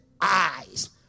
eyes